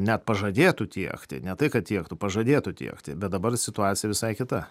net pažadėtų tiekti ne tai kad tiektų pažadėtų tiekti bet dabar situacija visai kita